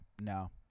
no